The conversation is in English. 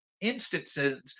instances